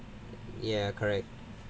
ya correct